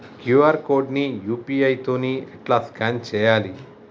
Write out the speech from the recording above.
QR code ని UPI తోని ఎట్లా స్కాన్ చేయాలి?